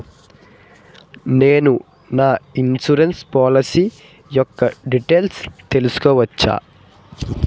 నేను నా insurance policy యెక్క డీటైల్స్ తెల్సుకోవచ్చా?